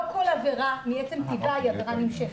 לא כל עבירה מעצם טבעה היא עבירה נמשכת.